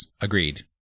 agreed